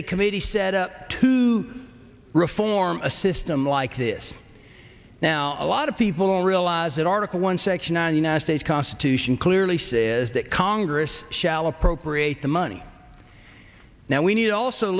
a committee set up to reform a system like this now a lot of people realize that article one section a nastase constitution clearly says that congress shall appropriate the money now we need to also